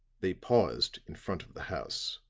they paused in front of the house.